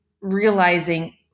realizing